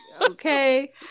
Okay